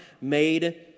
made